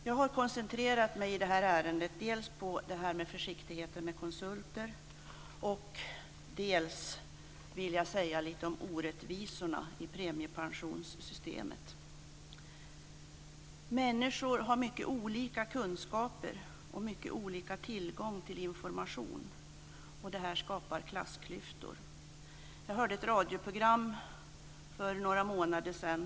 Jag har i det här ärendet dels koncentrerat mig på det här med försiktighet med konsulter, dels vill jag också säga lite om orättvisorna i premiepensionssystemet. Människor har mycket olika kunskaper och mycket olika tillgång till information. Det skapar klassklyftor. Jag hörde ett radioprogram för några månader sedan.